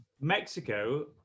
Mexico